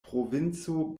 provinco